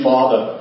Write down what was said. Father